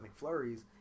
McFlurries